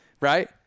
right